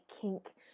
kink